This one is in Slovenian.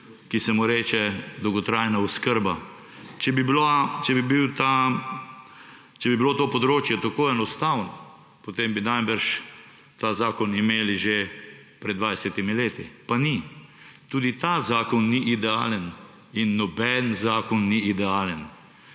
ki se mu reče dolgotrajna oskrba. Če bi bilo to področje tako enostavno, potem bi najbrž ta zakon imeli že pred 20-imi leti, pa ni. Tudi ta zakon ni idealen in noben zakon ni idealen.